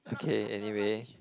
okay anyway